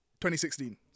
2016